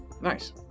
nice